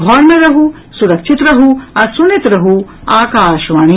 घर मे रहू सुरक्षित रहू आ सुनैत रहू आकाशवाणी